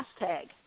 hashtag